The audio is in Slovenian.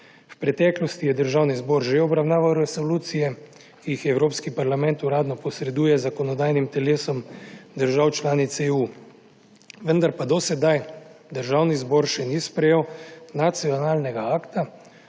V preteklosti je Državni zbor že obravnaval resolucije, ki jih Evropski parlament uradno posreduje zakonodajnim telesom držav članic EU, vendar pa do sedaj Državni zbor še ni sprejel nacionalnega akta,